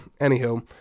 anywho